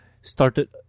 started